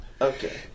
Okay